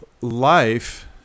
life